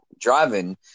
driving